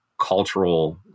cultural